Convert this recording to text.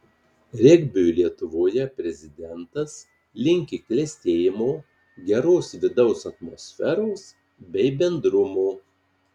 regbiui lietuvoje prezidentas linki klestėjimo geros vidaus atmosferos bei bendrumo